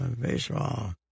Baseball